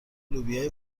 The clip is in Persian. لوبیا